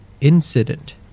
incident